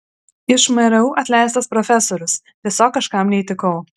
iš mru atleistas profesorius tiesiog kažkam neįtikau